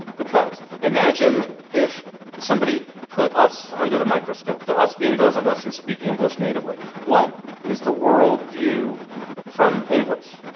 because imagine if somebody put us under the microscope, the us being those of us who speak english natively. what is the worldview from english?